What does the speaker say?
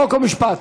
חוק ומשפט.